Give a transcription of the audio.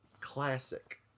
Classic